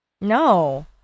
No